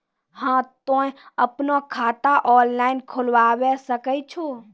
हाँ तोय आपनो खाता ऑनलाइन खोलावे सकै छौ?